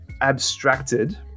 abstracted